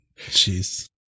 jeez